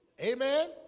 Amen